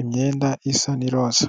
imyenda isa n'iroza.